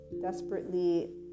desperately